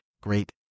great